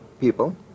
people